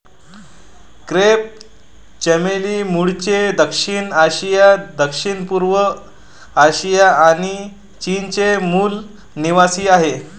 crepe चमेली मूळचे दक्षिण आशिया, दक्षिणपूर्व आशिया आणि चीनचे मूल निवासीआहे